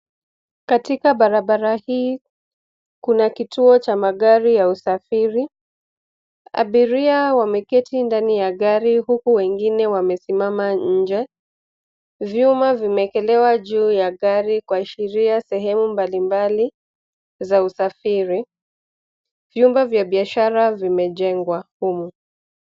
Katika barabara hii, kuna kituo cha magari ya usafiri. Abiria wameketi ndani ya gari huku wengine wamesimama nje. Vyuma vimeekelewa juu ya gari kuashiria sehemu mbalimbali za usafiri. Vyumba vya biashara vimejengwa humu.